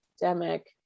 pandemic